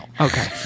Okay